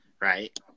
right